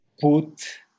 put